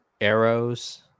arrows